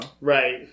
Right